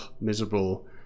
miserable